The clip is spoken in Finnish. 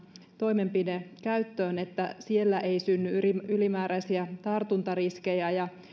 toimenpide käyttöön varmistaa että siellä ei synny ylimääräisiä tartuntariskejä ja